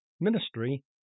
ministry